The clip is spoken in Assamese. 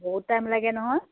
বহুত টাইম লাগে নহয়